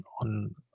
on